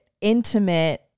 intimate